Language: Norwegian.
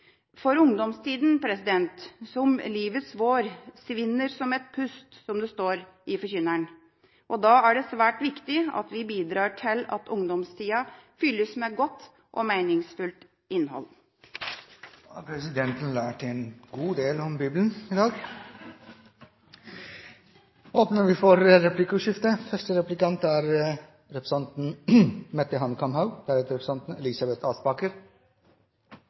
livets vår, svinner som et pust, står det i Forkynneren. Da er det svært viktig at vi bidrar til at ungdomstida fylles med godt og meningsfullt innhold. Presidenten har lært en god del om Bibelen i dag. Det blir replikkordskifte.